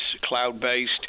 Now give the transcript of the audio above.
cloud-based